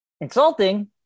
insulting